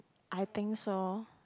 I think so